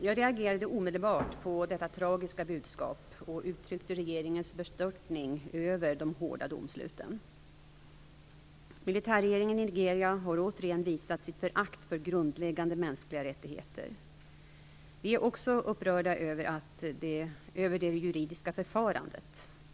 Jag reagerade omedelbart på detta tragiska budskap och uttryckte regeringens bestörtning över de hårda domsluten. Militärregeringen i Nigeria har återigen visat sitt förakt för grundläggande mänskliga rättigheter. Vi är också upprörda över det juridiska förfarandet.